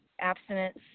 abstinence